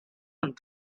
and